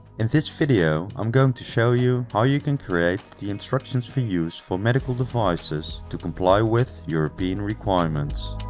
in this video i'm going to show you how you can create the instructions for use for medical devices to comply with european requirements.